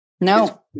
No